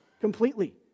completely